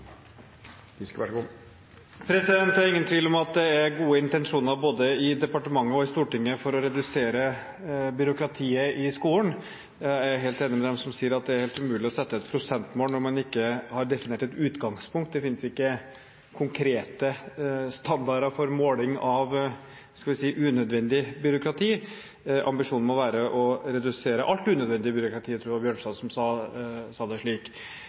gode intensjoner både i departementet og i Stortinget for å redusere byråkratiet i skolen. Jeg er helt enig med dem som sier at det er helt umulig å sette et prosentmål når man ikke har definert et utgangspunkt. Det fins ikke konkrete standarder for måling av – skal vi si – unødvendig byråkrati. Ambisjonen må være å redusere alt unødvendig byråkrati. Jeg tror det var Bjørnstad som sa det slik.